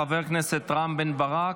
חבר הכנסת רם בן ברק,